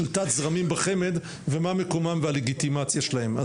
של תת-זרמים בחמ"ד ומה מקומם והלגיטימציה שלהם.